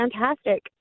fantastic